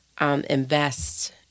Invest